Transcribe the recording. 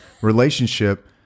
relationship